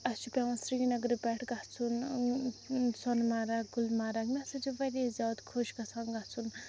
اَسہِ چھُ پیٚوان سرینگرٕ پٮ۪ٹھ گَژھُن سۄنہٕ مَرگ گُلمرگ مےٚ ہَسا چھُ واریاہ زیادٕ خۄش گَژھان گَژھُن